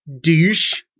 Douche